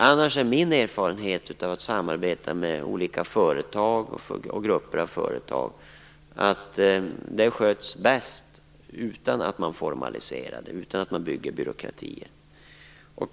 Annars är min erfarenhet av att samarbeta med olika företag och grupper av företag att det sköts bäst utan att det formaliseras och utan att det byggs upp byråkrati.